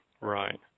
Right